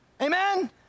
Amen